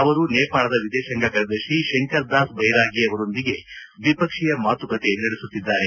ಅವರು ನೇಪಾಳದ ವಿದೇಶಾಂಗ ಕಾರ್ಯದರ್ಶಿ ಶಂಕರ್ ದಾಸ್ ಬ್ವೆರಾಗಿ ಅವರೊಂದಿಗೆ ದ್ವಿಪಕ್ಷೀಯ ಮಾತುಕತೆ ನಡೆಸುತ್ತಿದ್ದಾರೆ